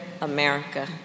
America